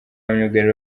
myugariro